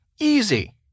Easy